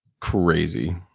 Crazy